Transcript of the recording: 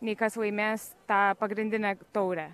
nei kas laimės tą pagrindinę taurę